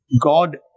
God